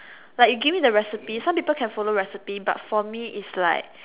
like you give me the recipe some people can follow the recipe but for me is like